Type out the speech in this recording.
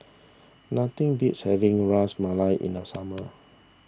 nothing beats having Ras Malai in the summer